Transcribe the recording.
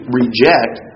reject